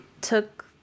took